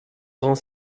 grand